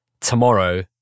Tomorrow